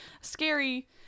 scary